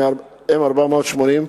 מ/480,